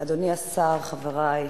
אדוני השר, חברי,